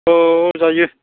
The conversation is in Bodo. औ औ औ जायो